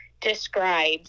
describes